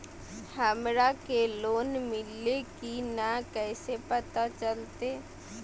हमरा के लोन मिल्ले की न कैसे पता चलते?